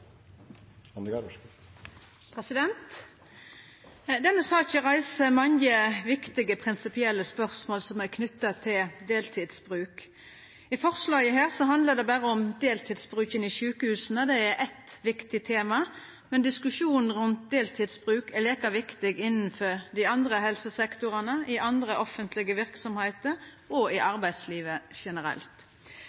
sykehusvesenet vårt. Denne saka reiser mange viktige, prinsipielle spørsmål som er knytte til deltidsbruk. I forslaget handlar det berre om deltidsbruken i sjukehusa. Det er eit viktig tema, men diskusjonen om deltidsbruk er like viktig i resten av helsesektoren, i andre offentlege verksemder og i